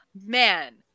man